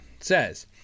says